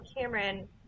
Cameron